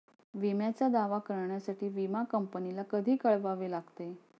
विम्याचा दावा करण्यासाठी विमा कंपनीला कधी कळवावे लागते?